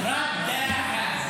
מה עוד את